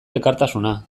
elkartasuna